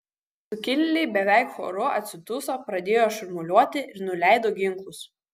sukilėliai beveik choru atsiduso pradėjo šurmuliuoti ir nuleido ginklus